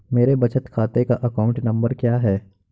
मेरे बचत खाते का अकाउंट नंबर क्या है?